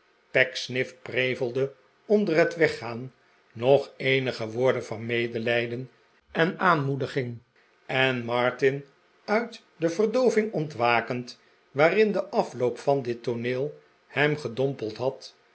pecksniff prevelde onder het weggaan nog eenige woorden van medelijden en aanmoediging en martin uit de verdooving ontwakend waarin de afloop van dit tooneel hem gedompeld had